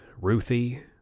Ruthie